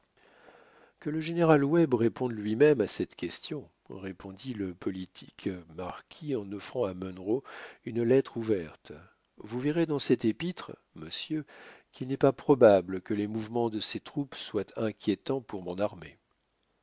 que je général webb réponde lui-même à cette question répondit le politique marquis en offrant à munro une lettre ouverte vous verrez dans cette épître monsieur qu'il n'est pas probable que les mouvements de ses troupes soient inquiétants pour mon armée